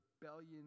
rebellion